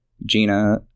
Gina